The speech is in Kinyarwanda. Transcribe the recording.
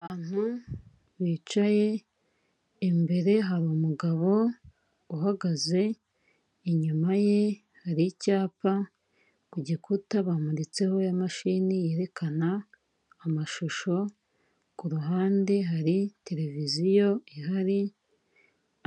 Abantu bicaye imbere hari umugabo uhagaze, inyuma ye hari icyapa ku gikuta bamuritseho imashini yerekana amashusho, ku ruhande hari televiziyo ihari,